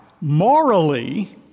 morally